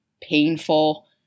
painful